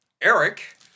Eric